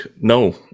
No